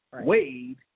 Wade